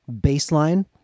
baseline